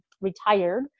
retired